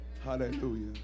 Hallelujah